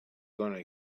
gonna